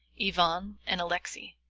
ivan and alexey,